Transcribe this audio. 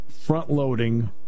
front-loading